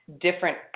different